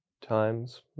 times